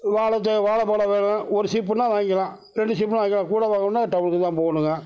வாழை வாழைப்பழம் வேணும் ஒரு சீப்புன்னா வாங்கிக்கலாம் ரெண்டு சீப்புன்னா வாங்கிக்கலாம் கூட வாங்கணும்னா டவுனுக்கு தான் போகணுங்க